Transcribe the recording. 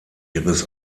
ihres